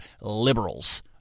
liberals